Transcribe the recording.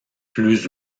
plus